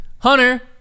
Hunter